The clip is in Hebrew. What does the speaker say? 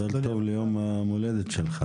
מזל טוב ליום ההולדת שלך.